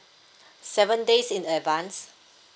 seven days in advance